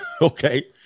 okay